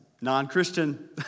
non-Christian